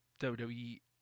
WWE